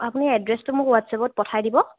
আপুনি এড্ৰেছটো মোক হোৱাটছাপত পঠাই দিব